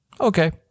Okay